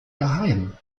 geheim